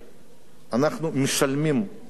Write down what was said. אנחנו משלמים שוחד